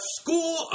school